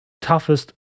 toughest